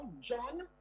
John